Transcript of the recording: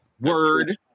Word